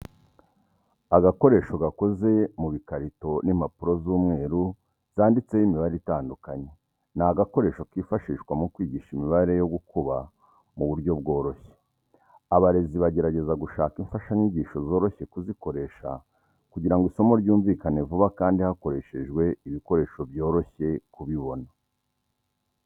Agakoresho gakoze mu bikarito n'impapuro z'umweru zanditseho imibare itandukanye, ni agakoresho kifashishwa mu kwigisha imibare yo gukuba mu buryo bworoshye. Abarezi bagerageza gushaka imfashanyigisho zoroshye kuzikoresha kugirango isomo ryumvikane vuba kandi hakoreshejwe ibikoresho byoroshye kubibona.